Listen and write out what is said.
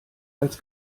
als